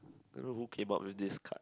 don't know who came out with this card